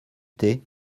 thé